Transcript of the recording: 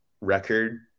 record